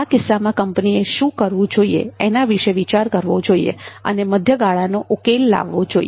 આ કિસ્સામાં કંપનીએ શું થવું જોઇએ એના વિશે વિચાર કરવો જોઈએ અને એક મધ્યગાળાનો ઉકેલ લાવવો જોઈએ